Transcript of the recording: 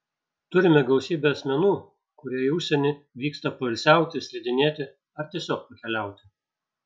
turime gausybę asmenų kurie į užsienį vyksta poilsiauti slidinėti ar tiesiog pakeliauti